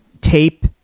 Tape